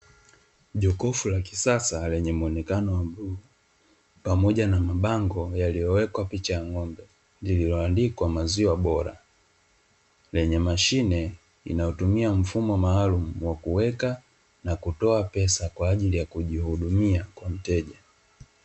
Jokofu la kisasa lenye muonekano wa bluu, pamoja na mabango yaliyowekwa picha ya ng'ombe, lililoandikwa maziwa bora, lenye mashine inayotumia mfumo maalumu, wa kuweka na kutoa pesa kwa ajili ya kujihudumia kwa mteja.